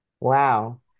Wow